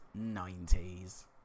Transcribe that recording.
90s